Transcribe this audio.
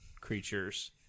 creatures